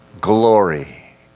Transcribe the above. Glory